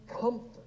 comfort